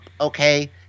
okay